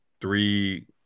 three